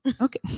Okay